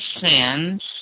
sins